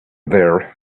there